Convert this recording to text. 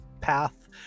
path